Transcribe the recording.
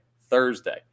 Thursday